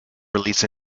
released